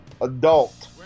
adult